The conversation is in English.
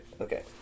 Okay